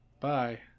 bye